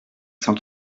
cent